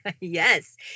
Yes